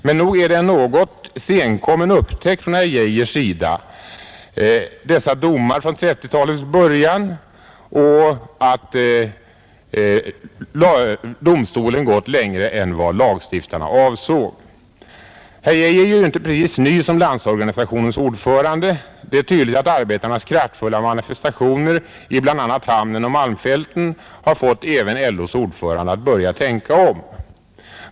Men nog är det en något senkommen upptäckt från herr Geijers sida att domstolen i sina domar under 1930-talets början gick längre än vad lagstiftarna hade avsett. Herr Geijer är ju inte precis ny som Landsorganisationens ordförande. Det är tydligt att arbetarnas kraftfulla manifestationer i bl.a. hamnen och malmfälten har fått även LO:s ordförande att börja tänka om.